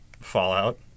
Fallout